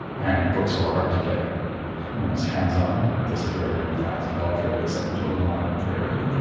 and books were hard to get one's hands on at this period, and in fact at all periods up until the modern period.